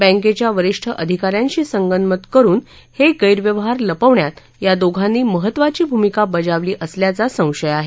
बँकेच्या वरिष्ठ अधिकाऱ्यांशी संगनमत करून हे गैरव्यवहार लपवण्यात या दोघांनी महत्त्वाची भूमिका बजावली असल्याचा संशय आहे